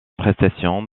prestation